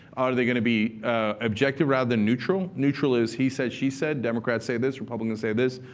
are they going to be objective rather than neutral? neutral is he said, she said. democrats say this, republicans say this.